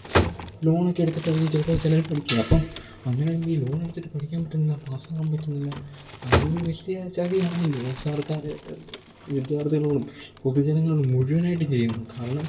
so ലോണൊക്കെ എടുത്തിട്ടായിരിക്കും ചിലപ്പോൾ ചിലർ പഠിയ്ക്കുക അപ്പം അങ്ങനെ വരുമ്പം ഈ ലോണെടുത്തിട്ട് പഠിക്കാൻ പറ്റുന്നില്ല പാസ്സാകാൻ പറ്റുന്നില്ല അതൊരു വലിയ ചതിയാണല്ലോ സർക്കാർ വിദ്യാർത്ഥികളോടും പൊതുജനങ്ങളൊടും മുഴുവനായിട്ടും ചെയ്യുന്നത് കാരണം